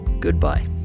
Goodbye